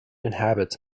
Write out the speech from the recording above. inhabits